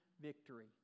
victory